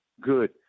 good